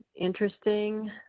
interesting